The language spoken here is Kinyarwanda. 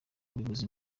ubuyobozi